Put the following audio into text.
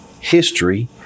history